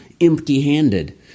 empty-handed